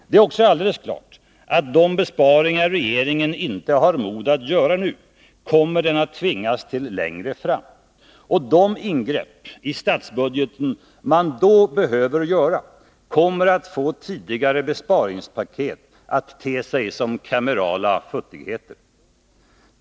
Det är också alldeles klart att de besparingar regeringen inte har mod att göra nu kommer den att tvingas till längre fram. De ingrepp i statsbudgeten man då behöver göra kommer att få tidigare besparingspaket att te sig som kamerala futtigheter.